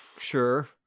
sure